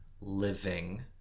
living